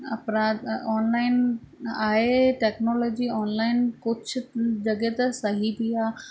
अपराध ऑनलाइन आहे technology online कुझु जॻह त सही बि आहे